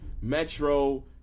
Metro